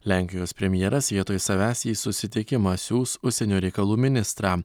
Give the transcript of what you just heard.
lenkijos premjeras vietoj savęs į susitikimą siųs užsienio reikalų ministrą